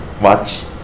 watch